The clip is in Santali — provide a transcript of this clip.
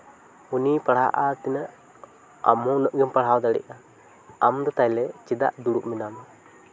ᱩᱱᱤ ᱯᱟᱲᱦᱟᱜᱼᱟᱭ ᱛᱤᱱᱟᱹᱜ ᱟᱢᱦᱚᱸ ᱩᱱᱟᱹᱜ ᱜᱮᱢ ᱯᱟᱲᱦᱟᱣ ᱫᱟᱲᱮᱜᱼᱟ ᱟᱢ ᱫᱚ ᱛᱟᱦᱞᱮ ᱪᱮᱫᱟᱜ ᱫᱩᱲᱩᱵ ᱢᱮᱱᱟᱢᱟ